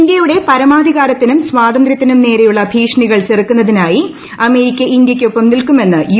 ഇന്ത്യയുടെ പരമാധികാരത്തിനും സ്വാതന്ത്ര്യത്തിനും നേരെയുള്ള ഭീഷണികൾ ചെറുക്കുന്നതിനായി അമേരിക്ക ഇന്ത്യക്കൊപ്പം നിൽക്കുമെന്ന് യു